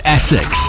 Essex